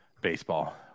Baseball